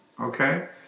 Okay